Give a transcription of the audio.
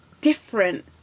different